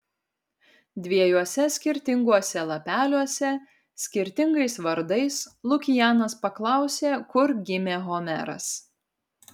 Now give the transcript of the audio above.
dviejuose skirtinguose lapeliuose skirtingais vardais lukianas paklausė kur gimė homeras